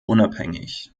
unabhängig